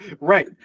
Right